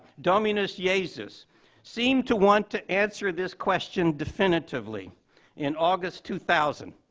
dominus yeah iesus seemed to want to answer this question definitively in august, two thousand.